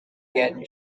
again